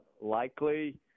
Likely